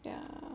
yeah